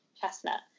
chestnut